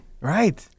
Right